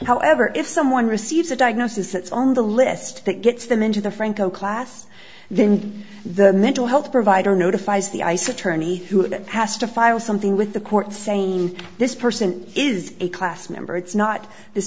however if someone receives a diagnosis that's on the list that gets them into the franco class then the mental health provider notifies the ice attorney who has to file something with the court saying this person is a class member it's not this